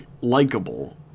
likable